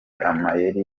amayeri